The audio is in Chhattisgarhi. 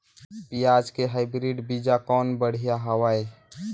पियाज के हाईब्रिड बीजा कौन बढ़िया हवय?